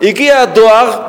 הגיע הדואר,